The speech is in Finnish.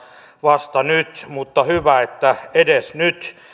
vasta nyt mutta hyvä että edes nyt